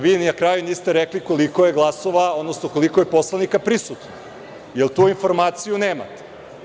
Vi ni na kraju niste rekli koliko je glasova, odnosno koliko je poslanika prisutno, jer tu informaciju nemate.